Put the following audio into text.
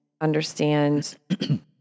understand